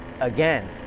again